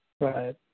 Right